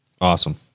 Awesome